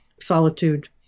solitude